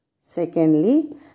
Secondly